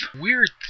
weird